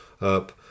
up